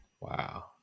Wow